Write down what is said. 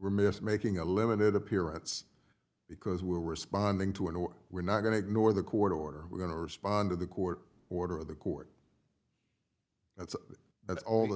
remiss making a limited appearance because we're responding to a no we're not going to ignore the court order we're going to respond to the court order of the court that's at all the